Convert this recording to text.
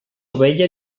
ovella